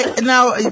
now